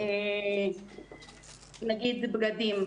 נגיד בגדים.